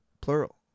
Plural